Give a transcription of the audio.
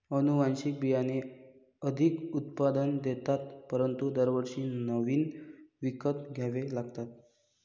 अनुवांशिक बियाणे अधिक उत्पादन देतात परंतु दरवर्षी नवीन विकत घ्यावे लागतात